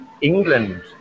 England